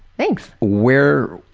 thanks! where,